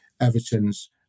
Everton's